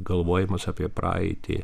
galvojimas apie praeitį